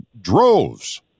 droves